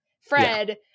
fred